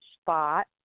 spot